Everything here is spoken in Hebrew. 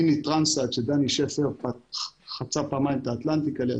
מיני טרינסייד שחצו פעמיים את האטלנטיק עליה,